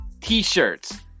t-shirts